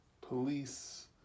police